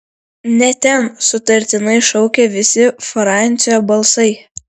ne ten sutartinai šaukė visi francio balsai